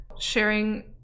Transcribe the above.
sharing